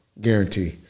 guarantee